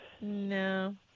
No